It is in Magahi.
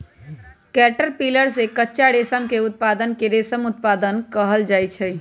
कैटरपिलर से कच्चा रेशम के उत्पादन के रेशम उत्पादन कहल जाई छई